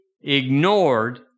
ignored